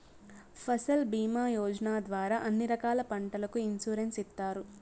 ఫసల్ భీమా యోజన ద్వారా అన్ని రకాల పంటలకు ఇన్సురెన్సు ఇత్తారు